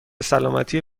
سلامتی